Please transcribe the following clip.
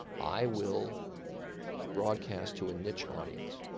i will broadcast to a niche audience.